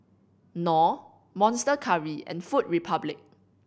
Knorr Monster Curry and Food Republic